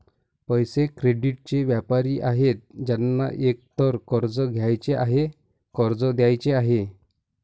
पैसे, क्रेडिटचे व्यापारी आहेत ज्यांना एकतर कर्ज घ्यायचे आहे, कर्ज द्यायचे आहे